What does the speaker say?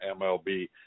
MLB